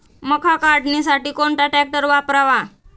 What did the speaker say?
मका काढणीसाठी कोणता ट्रॅक्टर वापरावा?